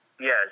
Yes